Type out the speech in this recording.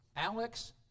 Alex